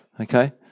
Okay